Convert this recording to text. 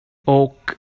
oak